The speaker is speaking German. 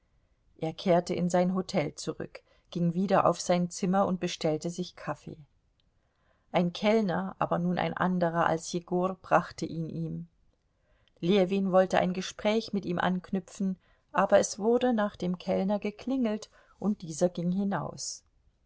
er kehrte in sein hotel zurück ging wieder auf sein zimmer und bestellte sich kaffee ein kellner aber nun ein anderer als jegor brachte ihn ihm ljewin wollte ein gespräch mit ihm anknüpfen aber es wurde nach dem kellner geklingelt und dieser ging hinaus